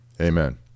Amen